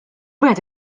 wieħed